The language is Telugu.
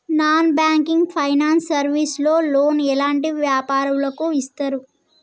నాన్ బ్యాంకింగ్ ఫైనాన్స్ సర్వీస్ లో లోన్ ఎలాంటి వ్యాపారులకు ఇస్తరు?